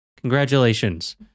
Congratulations